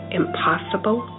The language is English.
impossible